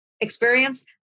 experience